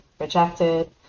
rejected